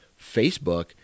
Facebook